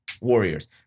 Warriors